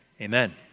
amen